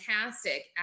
fantastic